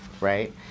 right